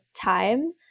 time